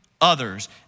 others